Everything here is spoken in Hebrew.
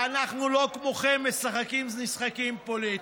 ואנחנו לא כמוכם, משחקים משחקים פוליטיים.